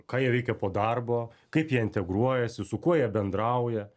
ką jie veikia po darbo kaip jie integruojasi su kuo jie bendrauja